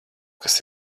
kas